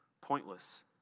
pointless